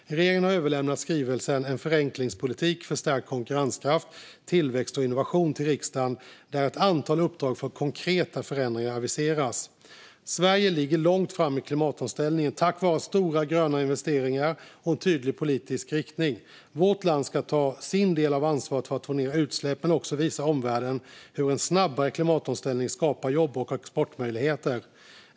Regeringen har överlämnat skrivelsen En förenklingspolitik för stärkt konkurrenskraft, tillväxt och innovation till riksdagen där ett antal uppdrag för konkreta förändringar aviseras. Sverige ligger långt framme i klimatomställningen, tack vare stora gröna investeringar och en tydlig politisk riktning. Vårt land ska ta sin del av ansvaret för att få ned utsläppen, men också visa omvärlden hur en snabbare klimatomställning skapar jobb och exportmöjligheter.